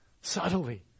Subtly